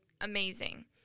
amazing